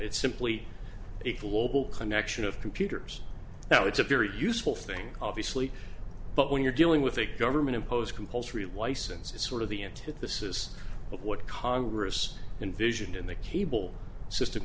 it's simply a global connection of computers now it's a very useful thing obviously but when you're dealing with a government imposed compulsory license it's sort of the antithesis of what congress invision in the cable system